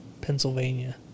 Pennsylvania